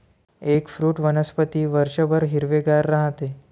eggfruit वनस्पती वर्षभर हिरवेगार राहते